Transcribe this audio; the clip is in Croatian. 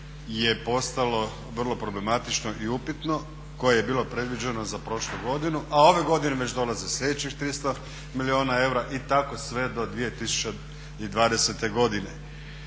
je postalo vrlo problematično i upitno koje je bilo predviđeno za prošlu godinu, a ove godine već dolaze sljedećih 300 milijuna eura i tako sve do 2020. godine.